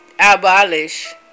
Abolish